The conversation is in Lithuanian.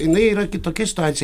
jinai yra kitokia situacija